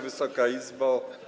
Wysoka Izbo!